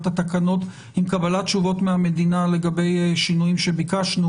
התקנות עם קבלת תשובות מהמדינה לגבי שינויים שביקשנו